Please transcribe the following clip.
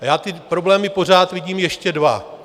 Já ty problémy pořád vidím ještě dva.